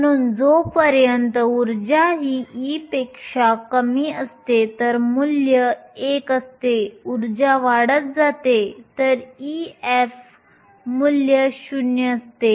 म्हणून जोपर्यंत ऊर्जा ही e पेक्षा कमी असते तर मूल्य 1 असते ऊर्जा वाढत जाते तर ef मूल्य 0 असते